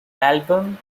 album